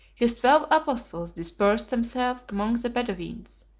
his twelve apostles dispersed themselves among the bedoweens,